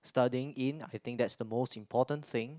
studying in I think that's the most important thing